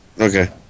Okay